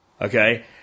Okay